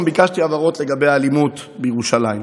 גם ביקשתי הבהרות לגבי האלימות בירושלים.